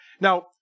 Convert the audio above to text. Now